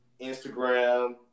Instagram